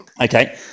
okay